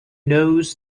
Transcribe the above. knows